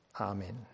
Amen